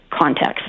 context